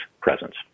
presence